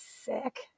sick